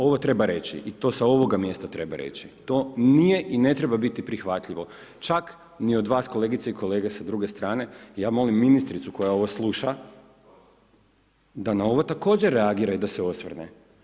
Ovo treba reći i to sa ovoga mjesta treba reći, to nije i ne treba biti prihvatljivo, čak ni od vas kolegice i kolege s druge strane, ja molim ministricu koja ovo sluša da na ovo također reagira i da se osvrne.